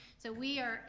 so we are,